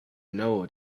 know